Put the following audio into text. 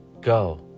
Go